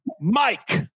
Mike